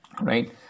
right